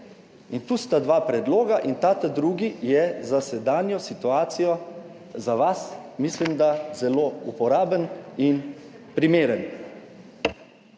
In tu sta dva predloga in ta drugi je za sedanjo situacijo, za vas mislim, da zelo uporaben in primeren.